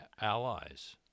allies